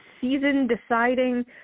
season-deciding